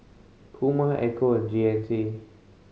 Puma Ecco and G N C